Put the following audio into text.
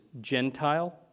Gentile